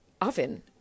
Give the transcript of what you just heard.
oven